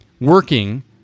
working